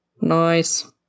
Nice